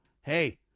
Hey